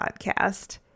podcast